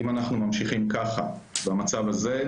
אם אנחנו ממשיכים ככה במצב הזה,